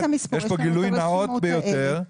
יש פה גילוי נאות ביותר.